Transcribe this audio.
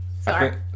Sorry